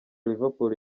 liverpool